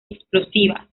explosivas